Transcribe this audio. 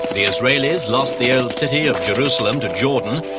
the israelis lost the old city of jerusalem to jordan,